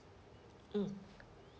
mm